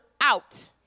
out